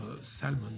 salmon